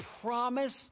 promise